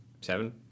seven